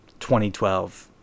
2012